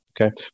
Okay